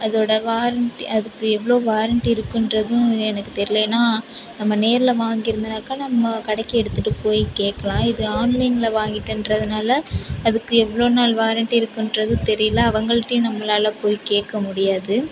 அதோட வாரண்ட்டி அதுக்கு எவ்வளோ வாரண்ட்டி இருக்குன்றதும் எனக்கு தெரில ஏன்னா நம்ம நேரில் வாங்கியிருந்தனாக்கா நம்ம கடைக்கு எடுத்துட்டு போயி கேக்கலாம் இது ஆன்லைனில் வாங்கிட்டேன்றதுனால் அதுக்கு எவ்வளோ நாள் வாரண்ட்டி இருக்குன்றது தெரியல அவங்கள்ட்டியும் நம்மளால போயி கேட்க முடியாது